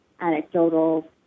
anecdotal